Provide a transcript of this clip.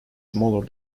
smaller